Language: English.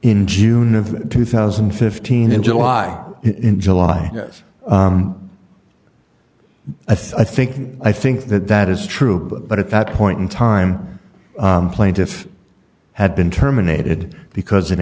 in june of two thousand and fifteen in july in july as i think i think that that is true but at that point in time plaintiff had been terminated because in